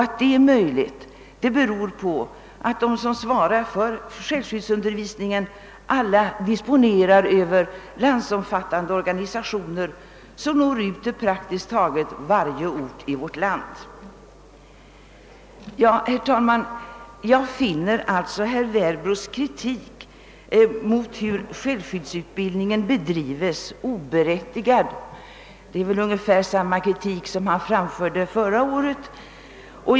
Att detta är möjligt beror på att de som svarar för självskyddsundervisningen alla disponerar över landsomfattande organisationer, som når ut till praktiskt taget varje ort i vårt land. Herr talman! Jag finner herr Werbros kritik mot hur utbildningen i självskydd bedrives helt oberättigad. Det var väl ungefär samma kritik som han framförde förra året.